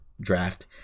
draft